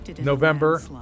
November